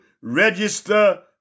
register